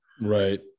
right